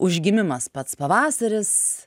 užgimimas pats pavasaris